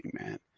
man